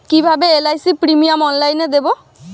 কিভাবে LIC premium অনলাইনে দেবো?